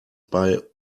bei